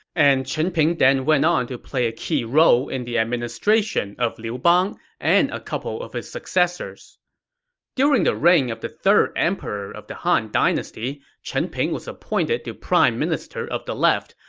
and chen ping then went on to play a key role in the administration of liu bang and a couple of his successors during the reign of the third emperor of the han dynasty, chen ping was appointed to prime minister of the left,